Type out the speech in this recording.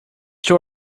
too